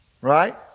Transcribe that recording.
Right